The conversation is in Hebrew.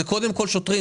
קודם כול שוטרים.